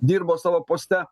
dirbo savo poste